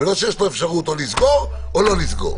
ולא שיש לו אפשרות לסגור או לא לסגור.